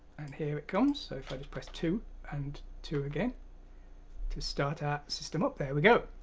and here it comes so if i just press two and two again to start our system up. there we go!